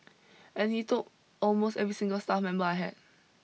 and he took almost every single staff member I had